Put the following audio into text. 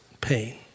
pain